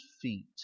feet